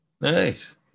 Nice